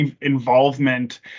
involvement